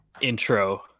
intro